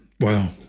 wow